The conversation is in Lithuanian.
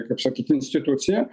kaip sakyt institucija